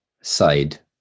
side